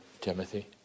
Timothy